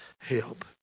help